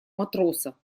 матроса